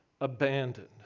abandoned